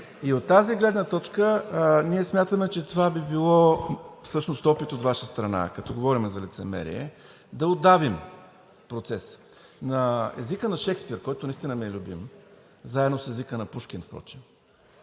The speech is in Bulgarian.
От тази гледна точка ние смятаме, че това би било всъщност опит от Ваша страна, като говорим за лицемерие, да удавим процеса. На езика на Шекспир, който наистина ми е любим, заедно с езика на Пушкин впрочем,